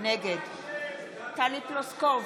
נגד טלי פלוסקוב,